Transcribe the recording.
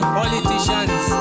politicians